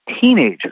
teenagers